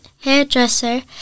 hairdresser